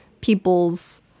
people's